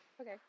Okay